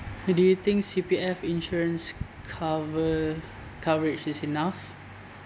so do you think C_P_F insurance cover coverage is enough